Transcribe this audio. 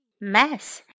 mess